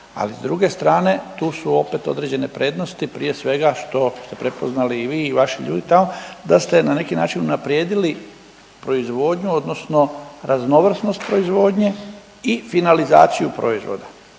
ali s druge strane tu su opet određene prednosti, prije svega što su prepoznali i vi i vaši ljudi tamo da ste na neki način unaprijedili proizvodnju odnosno raznovrsnost proizvodnje i finalizaciju proizvoda.